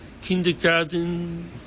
kindergarten